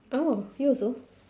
oh you also